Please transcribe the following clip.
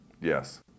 Yes